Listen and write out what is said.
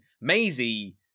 Maisie